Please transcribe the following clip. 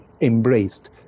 embraced